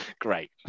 great